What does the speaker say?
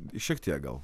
šiek tiek gal